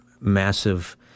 massive